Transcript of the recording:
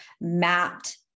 mapped